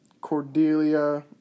Cordelia